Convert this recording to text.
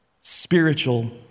spiritual